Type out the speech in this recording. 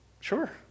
sure